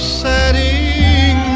setting